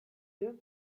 deux